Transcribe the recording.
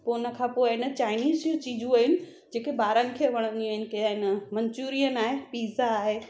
पोइ हुन खां पोइ आहे न चाइनीस जूं चीजूं आहिनि जेके ॿारनि खे वणंदी आहिनि की आहे न मंचुरियन आहे पिज़्ज़ा आहे